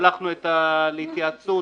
שלחנו להתייעצות,